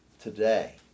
today